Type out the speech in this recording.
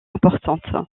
importante